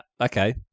okay